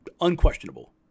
unquestionable